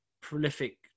prolific